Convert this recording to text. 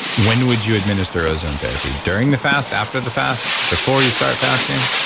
when would you administer ozone therapy? during the fast, after the fast, before you start fasting?